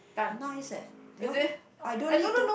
nice leh ya I don't need to